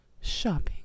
shopping